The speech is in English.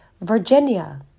Virginia